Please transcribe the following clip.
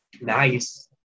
Nice